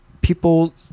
people